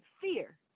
fear